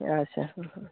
ᱟᱪᱪᱷᱟ